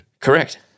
Correct